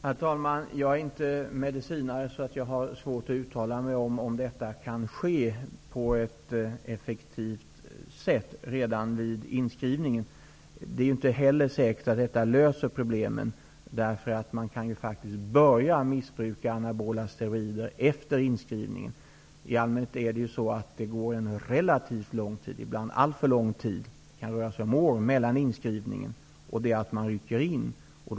Herr talman! Jag är inte medicinare, så jag har svårt att uttala mig om huruvida en test kan ske på ett effektivt sätt redan vid inskrivningen. Det är inte heller säkert att detta löser problemen. Man kan ju faktiskt börja missbruka anabola steroider efter inskrivningen. I allmänhet går det en relativt lång tid -- ibland alltför lång tid; det kan röra sig om år -- mellan inskrivningen och inryckningen.